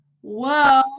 whoa